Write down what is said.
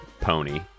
Pony